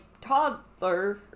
toddler